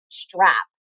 strap